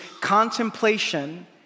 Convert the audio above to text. contemplation